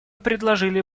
предложили